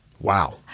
Wow